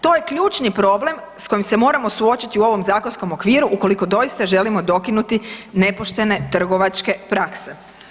To je ključni problem s kojim se moramo suočiti u ovom zakonskom okviru ukoliko doista želimo dokinuti nepoštene trgovačke prakse.